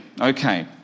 Okay